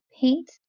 paint